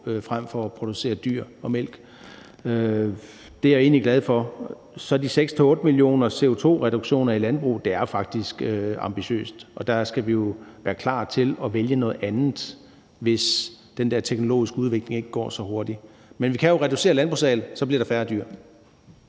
frem for at producere dyr og mælk. Det er jeg egentlig glad for. Så er der de 6-8 mio. t CO2-reduktioner i landbruget: Det er faktisk ambitiøst, og der skal vi jo være klar til at vælge noget andet, hvis den der teknologiske udvikling ikke går så hurtigt. Men vi kan jo reducere landbrugsarealet, så bliver der færre dyr.